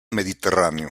mediterráneo